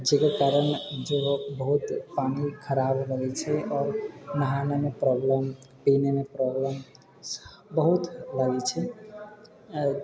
जकर कारण जे हइ बहुत पानि खराब आबै लगै छै आओर नहानामे प्रॉब्लम पीनेमे प्रॉब्लम बहुत लागै छै